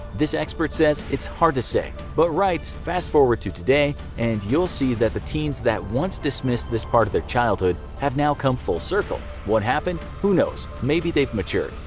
this expert says it's hard to say, but writes, fast forward to today, and you'll see that the teens that had once dismissed this part of their childhood have now come full-circle. what happened? who knows. maybe they've matured.